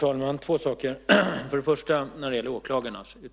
Herr talman!